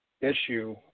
issue